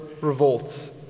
revolts